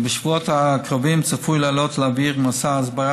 ובשבועות הקרובים צפוי לעלות לאוויר מסע הסברה